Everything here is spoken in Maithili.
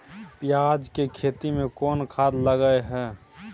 पियाज के खेती में कोन खाद लगे हैं?